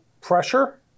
pressure